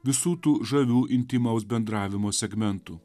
visų tų žavių intymaus bendravimo segmentų